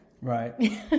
right